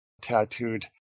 tattooed